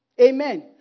Amen